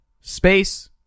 space